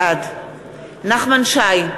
בעד נחמן שי,